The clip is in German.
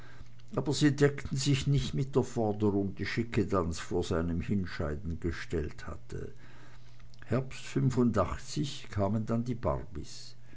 aber sie deckten sich nicht mit der forderung die schickedanz vor seinem hinscheiden gestellt hatte herbst fünfundachtzig kamen dann die barbys